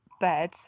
bed